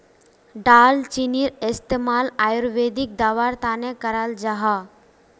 दालचीनीर इस्तेमाल आयुर्वेदिक दवार तने कराल जाहा